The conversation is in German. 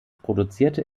produzierte